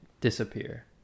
disappear